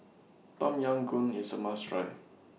Tom Yam Goong IS A must Try